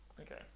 Okay